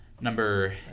Number